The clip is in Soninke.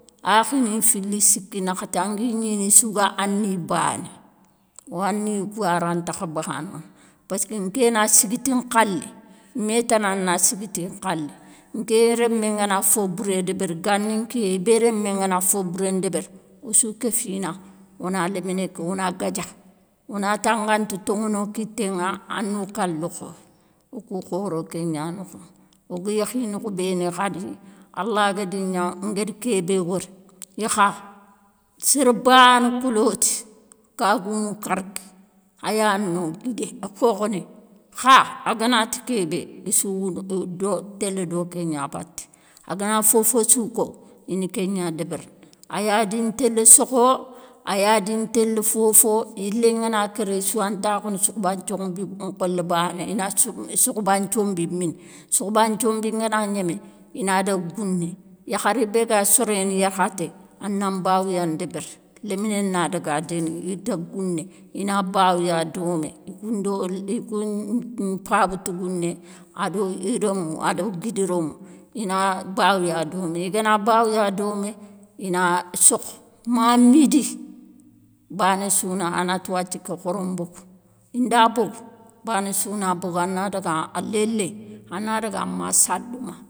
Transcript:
Akhini fili, siki, nakhati angui gnini issou ga aniye bané, wo aniyoukou rantakha banono, passka nké na sigui ti nkhalé, mé tana na sigui tin nkhalé, nké rémé ngana fo bouré débéri gani nkiyé, ibé rémé ngana fo bouré ndébéri, ossoukéfina, ona léminé ké ona gadia, ona ta nganti toŋono kité ŋa ano ka lokhoya, okou khoro kén gna nokho, oga yékhi nokhou ni béni khadi alla gadi gna ngari kébé wori, ikha sér bané koloti kagoumou kargui, ayani no guidé, khokhoné, kha aganati kébé issou woune do télé do kéngna baté agana fofossou ko ina kégna débérini aya dintélé sokho, aya dintélé fofo, yilé ngana kéré issouwa ntakhounou sokhoba nthiombi nkhola bané, ina sokhoba nthiombi mini, sokhoba nthiombi ngana gnémé, inadaga gouné, yakharé bé ga soréné yarkhaté, ana mbawouya ndébéri léminé nadaga déni idaga gouné, ina bawouya domé ikoun ndo ikoun mpaba tougouné, ado iromou ado guida rémou, ina bawouya domé, igana bawouya domé, ina sokho ma midi, banéssou na anati wathia ké khoro mbogou, inda bogou, banéssou na bogou ana daga an lélé, ana daga ma salouma.